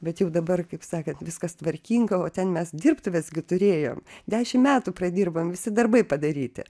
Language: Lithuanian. bet jau dabar kaip sakant viskas tvarkinga o ten mes dirbtuves gi turėjom dešim metų pradirbom visi darbai padaryti